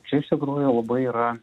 čia iš tikrųjų labai yra